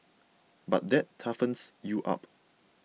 but that toughens you up